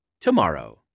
tomorrow